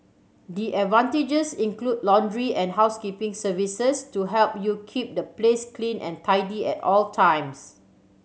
the advantages include laundry and housekeeping services to help you keep the place clean and tidy at all times